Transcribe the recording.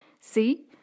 See